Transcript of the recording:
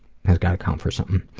has gotta count for something.